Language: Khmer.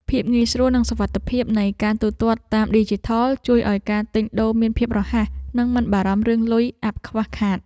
ភាពងាយស្រួលនិងសុវត្ថិភាពនៃការទូទាត់តាមឌីជីថលជួយឱ្យការទិញដូរមានភាពរហ័សនិងមិនបារម្ភរឿងលុយអាប់ខ្វះខាត។